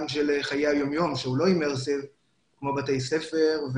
של חיי היום שהוא לא אימרסיב כמו בתי ספר,